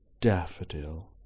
daffodil